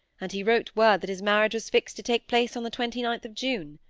and he wrote word that his marriage was fixed to take place on the twenty ninth of june.